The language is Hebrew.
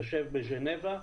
יושב בז'נבה.